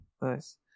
Nice